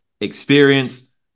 experience